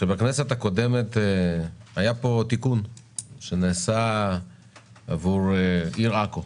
שבכנסת הקודמת היה פה תיקון שנעשה עבור העיר עכו,